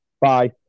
Bye